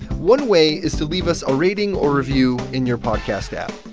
one way is to leave us a rating or review in your podcast app.